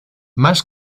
más